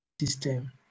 system